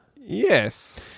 Yes